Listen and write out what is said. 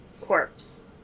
corpse